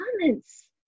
comments